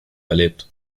erlebt